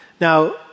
Now